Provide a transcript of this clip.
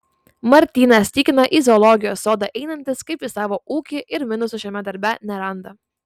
martynas tikina į zoologijos sodą einantis kaip į savo ūkį ir minusų šiame darbe neranda